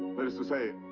that is to say.